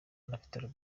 inafite